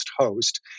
host